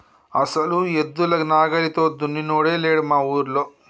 అసలు ఎద్దుల నాగలితో దున్నినోడే లేడు మా ఊరిలో